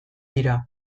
dira